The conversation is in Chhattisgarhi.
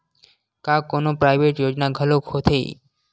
का कोनो प्राइवेट योजना घलोक होथे?